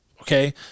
okay